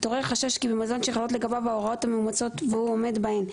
התעורר חשש כי במזון שחלות לגביו ההוראות המאומצות והוא עומד בהן,